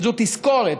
וזאת תזכורת,